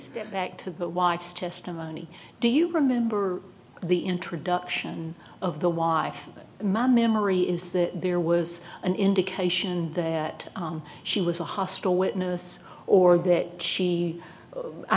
it's back to the wife's testimony do you remember the introduction of the wife my memory is that there was an indication that she was a hostile witness or that she i